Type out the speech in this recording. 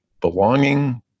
belonging